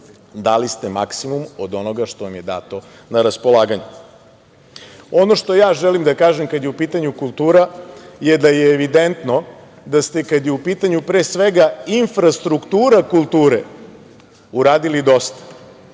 ste maksimum od onoga što vam je na raspolaganju. Ono što ja želim da kažem kada je u pitanju kultura, da je evidentno da ste, kada je u pitanju pre svega infrastruktura kulture, uradili dosta.